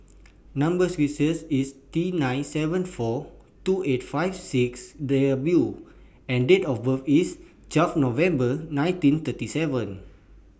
Number sequences IS T nine seven four two eight five six The and Date of birth IS twelve November nineteen thirty seven